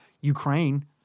Ukraine